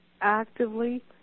actively